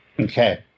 Okay